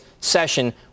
session